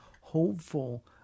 hopeful